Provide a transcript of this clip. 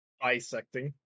bisecting